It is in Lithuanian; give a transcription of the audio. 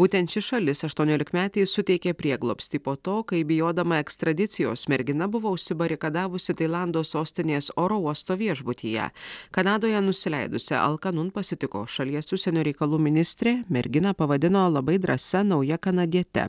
būtent ši šalis aštuoniolikmetei suteikė prieglobstį po to kai bijodama ekstradicijos mergina buvo užsibarikadavusi tailando sostinės oro uosto viešbutyje kanadoje nusileidusią alkanun pasitiko šalies užsienio reikalų ministrė merginą pavadino labai drąsia nauja kanadiete